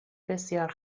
بسیار